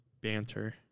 banter